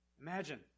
Imagine